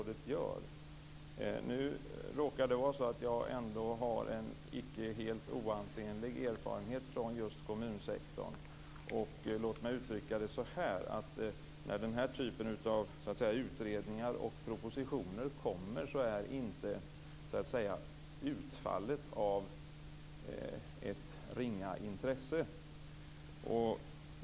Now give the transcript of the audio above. Det råkar vara så att jag har en icke helt oansenlig erfarenhet från just kommunsektorn. Låt mig uttrycka det så här: När den här typen av utredningar och propositioner kommer är inte utfallet av ett ringa intresse.